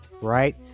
right